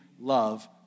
love